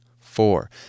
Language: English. four